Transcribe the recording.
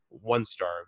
one-star